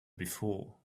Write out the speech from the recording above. before